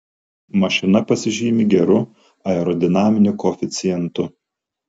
mašina pasižymi geru aerodinaminiu koeficientu